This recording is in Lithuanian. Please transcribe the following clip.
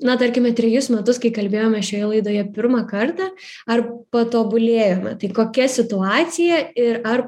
na tarkime trejus metus kai kalbėjome šioje laidoje pirmą kartą ar patobulėjome kokia situacija ir ar